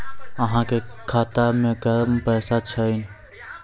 अहाँ के खाता मे कम पैसा छथिन?